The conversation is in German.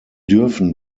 dürfen